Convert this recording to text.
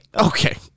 Okay